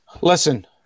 Listen